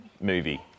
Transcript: movie